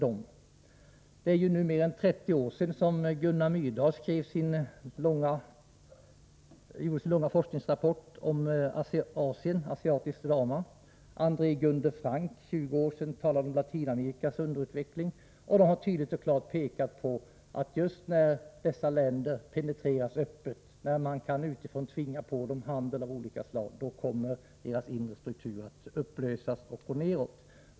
Det är nu mer än 30 år sedan Gunnar Myrdal lämnade sin långa forskningsrapport om Asien, Asian drama, och 20 år sedan André Gunde Frank talade om Latinamerikas underutveckling. De har tydligt och klart pekat på att när man utifrån tvingar på dessa länder handel av olika slag, då kommer deras inre struktur att upplösas.